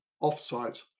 off-site